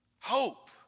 Hope